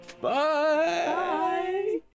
bye